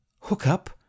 hookup